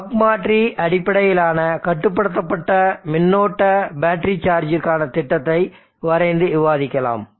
buck மாற்றி அடிப்படையிலான கட்டுப்படுத்தப்பட்ட மின்னோட்ட பேட்டரி சார்ஜ்ற்கான திட்டத்தை வரைந்து விவாதிக்கலாம்